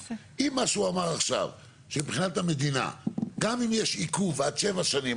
אם מה שהוא אמר עכשיו שמבחינת המדינה גם אם יש עיכוב עד שבע שנים,